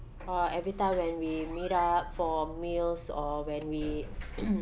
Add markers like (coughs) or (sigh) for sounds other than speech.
or every time when we meet up for meals or when we (coughs)